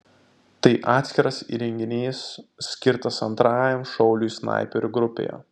tai atskiras įrenginys skirtas antrajam šauliui snaiperių grupėje